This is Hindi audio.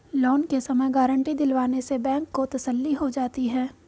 लोन के समय गारंटी दिलवाने से बैंक को तसल्ली हो जाती है